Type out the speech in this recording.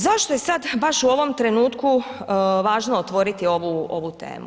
Zašto je sad baš u ovom trenutku važno otvoriti ovu temu?